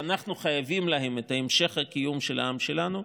שאנחנו חייבים להם את המשך הקיום של העם שלנו,